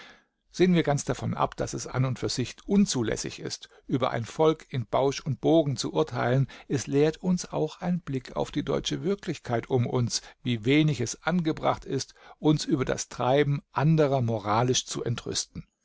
sehen wir ganz davon ab daß es an und für sich unzulässig ist über ein volk in bausch und bogen zu urteilen es lehrt uns auch ein blick auf die deutsche wirklichkeit um uns wie wenig es angebracht ist uns über das treiben anderer moralisch zu entrüsten